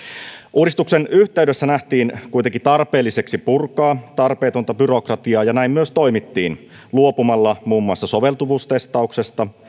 uudistuksen yhteydessä nähtiin kuitenkin tarpeelliseksi purkaa tarpeetonta byrokratiaa ja näin myös toimittiin luopumalla muun muassa soveltuvuustestauksesta